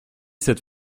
cette